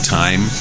time